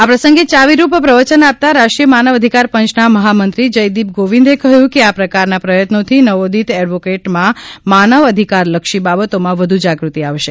આ પ્રસંગે ચાવીરૂપ પ્રવચન આપતાં રાષ્ટ્રીય માનવ અધિકાર પંચના મહામંત્રી જયદીપ ગોવિંદે કહ્યું કે આ પ્રકારના પ્રયત્નોથી નવોદિત એડવોકેટમાં માનવ અધિકારલક્ષી બાબતોમાં વધુ જાગૃતિ આવશે